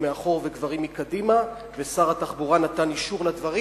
מאחור וגברים קדימה ושר התחבורה נתן אישור לדברים.